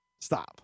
stop